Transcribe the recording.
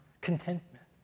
contentment